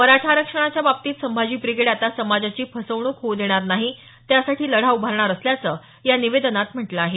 मराठा आरक्षणाच्या बाबतीत संभाजी ब्रिगेड आता समाजाची फसवणूक होऊ देणार नाही त्यासाठी लढा उभारणार असल्याचं या निवेदनात म्हटलं आहे